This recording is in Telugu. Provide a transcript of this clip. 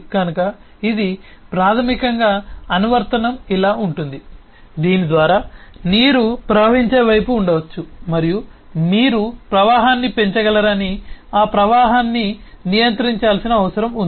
కనుక ఇది ప్రాథమికంగా అనువర్తనం ఇలా ఉంటుంది దీని ద్వారా నీరు ప్రవహించే పైపు ఉండవచ్చు మరియు మీరు ప్రవాహాన్ని పెంచగలరని ఆ ప్రవాహాన్ని నియంత్రించాల్సిన అవసరం ఉంది